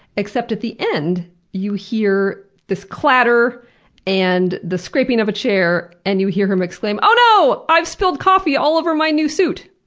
except at the end you hear this clatter and the scraping of a chair, and you hear him exclaim, oh no! i've spilled coffee all over my new suit!